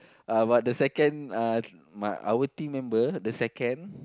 uh but the second uh my our team member the second